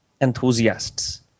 enthusiasts